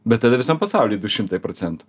bet tada visam pasauly du šimtai procentų